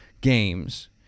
games